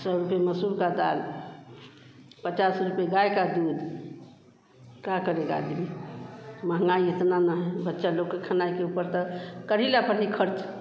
सौ रुपये मसूर की दाल पचास रुपये गाय का दूध का करेगा आदमी महँगाई इतनी ना है बच्चा लोग के खाना ही के ऊपर तो कढ़ीला पड़े ख़र्च